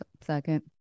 Second